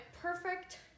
perfect